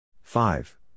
Five